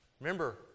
Remember